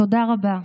תודה רבה.